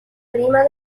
prima